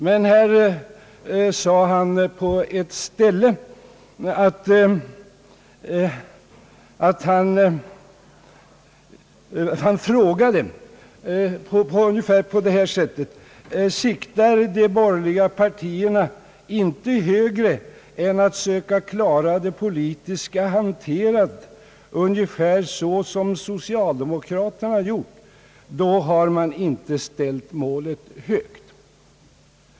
Men nu sade han på ett ställe, att om de borgerliga partierna inte siktar högre än att söka klara det politiska hanterandet ungefär så som socialdemokraterna har gjort, då har man inte ställt målet högt.